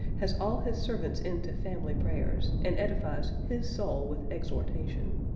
has all his servants in to family prayers, and edifies his soul with exhortation.